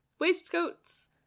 Waistcoats